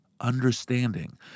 understanding